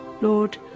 Lord